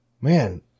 man